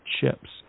chips